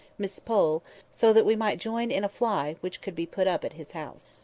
miss pole so that we might join in a fly, which could be put up at his house.